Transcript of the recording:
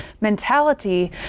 mentality